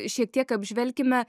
šiek tiek apžvelkime